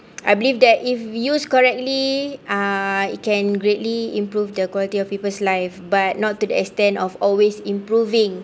I believe that if we use correctly uh it can greatly improve the quality of peoples life but not to the extent of always improving